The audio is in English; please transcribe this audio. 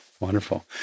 Wonderful